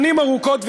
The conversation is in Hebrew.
שנים ארוכות.